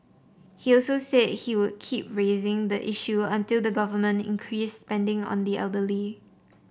he also said he would keep raising the issue until the government increased spending on the elderly